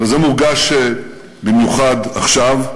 וזה מורגש במיוחד עכשיו,